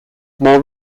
more